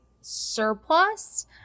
surplus